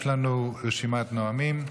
יש לנו רשימת נואמים.